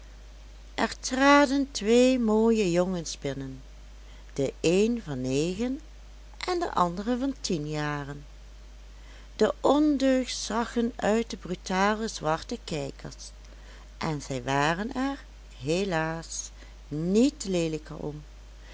er traden twee mooie jongens binnen de een van negen en de andere van tien jaren de ondeugd zag hun uit de brutale zwarte kijkers en zij waren er helaas niet leelijker om